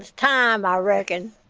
time, i reckon